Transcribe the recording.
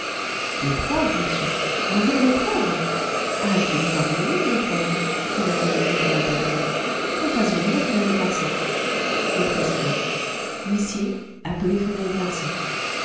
preuves m'sieur vous voulez des preuves ah je vais vous en donner une de preuve fit la voix aiguë de rouletabille qu'on fasse venir frédéric larsan le président huissier appelez frédéric larsan